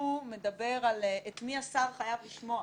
שקובע את מי השר חייב לשמוע